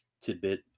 tidbit